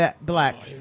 Black